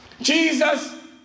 Jesus